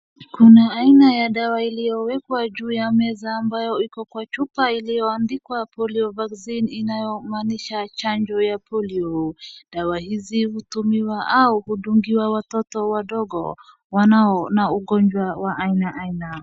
Kuna aina ya dawa iliyowekwa juu ya meza ambayo iko kwa chupa iliyoandikwa Polio vaccine inayo maanisha chanjo ya polio. Dawa hizi hutumiwa au hundungiwa watoto wadogo wanao na ugonjwa wa aina aina.